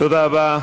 תודה רבה.